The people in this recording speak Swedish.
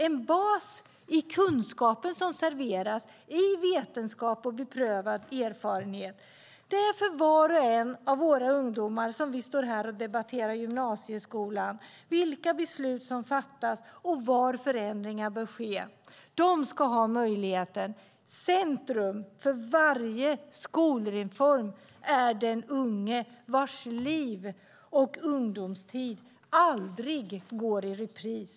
En bas av kunskaper som serveras i vetenskap och beprövad erfarenhet. Det är för var och en av våra ungdomar som vi står här och debatterar gymnasieskolan, vilka beslut som ska fattas och var förändringar bör ske. De ska ha möjligheten. I centrum för varje skolreform är den unge vars liv och ungdomstid aldrig går i repris.